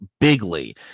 bigly